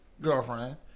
girlfriend